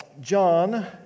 John